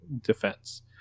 defense